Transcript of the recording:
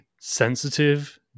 sensitive